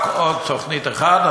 רק עוד תוכנית אחת,